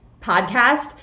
podcast